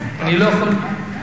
אני לא יכול,